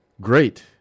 great